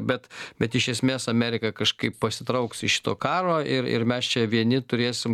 bet bet iš esmės amerika kažkaip pasitrauks iš šito karo ir ir mes čia vieni turėsim